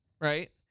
Right